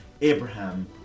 abraham